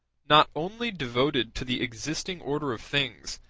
not only devoted to the existing order of things,